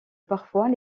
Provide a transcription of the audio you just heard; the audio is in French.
parfois